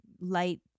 light